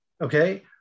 Okay